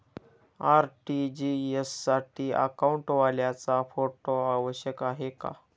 RTGS साठी अकाउंटवाल्याचा photo आवश्यक आहे का?